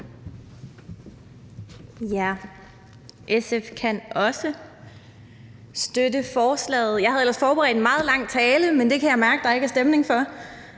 SF kan også støtte forslaget. Jeg havde ellers forberedt en meget lang tale, men det kan jeg mærke der ikke er stemning for.